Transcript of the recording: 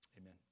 Amen